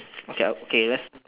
okay uh okay let's